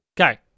Okay